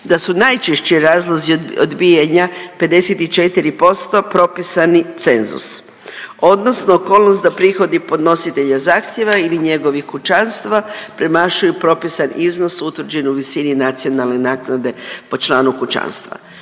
da su najčešći razlozi odbijanja, 54% propisani cenzus odnosno okolnost da prihodi podnositelja zahtjeva ili njegovih kućanstva premašuju propisan iznos utvrđen u visini nacionalne naknade po članu kućanstva.